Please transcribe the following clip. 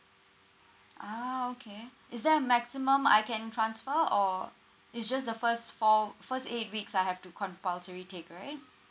ah okay is there a maximum I can transfer or it's just the first four first eight weeks I have to compulsory take right